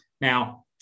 Now